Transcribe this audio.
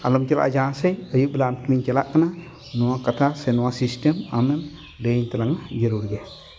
ᱟᱞᱚᱢ ᱪᱟᱞᱟᱜᱼᱟ ᱡᱟᱦᱟᱸ ᱥᱮᱫ ᱟᱹᱭᱩᱵ ᱵᱮᱲᱟ ᱟᱢ ᱴᱷᱮᱱᱤᱧ ᱪᱟᱞᱟᱜ ᱠᱟᱱᱟ ᱱᱚᱣᱟ ᱠᱟᱛᱷᱟ ᱥᱮ ᱱᱚᱣᱟ ᱥᱤᱥᱴᱮᱢ ᱟᱢᱮᱢ ᱞᱟᱹᱭᱟᱹᱧ ᱛᱟᱞᱟᱝᱟ ᱡᱟᱹᱨᱩᱲ ᱜᱮ